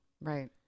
right